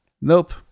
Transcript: Nope